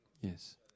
Yes